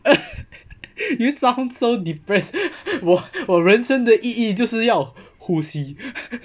you sound so depressed 我我人生的意义就是要呼吸